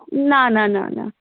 না না না না